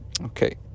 Okay